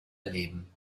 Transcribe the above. erleben